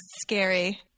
scary